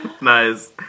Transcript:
Nice